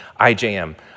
IJM